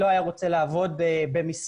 לא היה רוצה לעבוד במשרד,